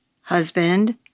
husband